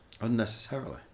unnecessarily